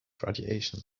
graduation